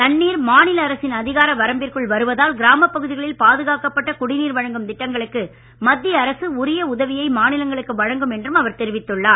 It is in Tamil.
தண்ணீர் மாநில அரசின் அதிகார வரம்பிற்குள் வருவதால் கிராமப்பகுதிகளில் பாதுகாக்கப்பட்ட குடிநீர் வழங்கும் திட்டங்களுக்கு மத்திய அரசு உரிய உதவியை மாநிலங்களுக்கு வழங்கும் என்றும் அவர் தெரிவித்துள்ளார்